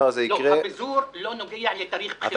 הפיזור לא נוגע לתאריך בחירות.